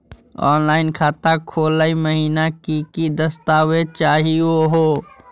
Online खाता खोलै महिना की की दस्तावेज चाहीयो हो?